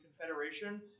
Confederation